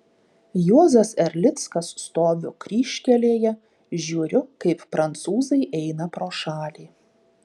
juozas erlickas stoviu kryžkelėje žiūriu kaip prancūzai eina pro šalį